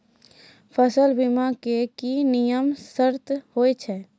फसल बीमा के की नियम सर्त होय छै?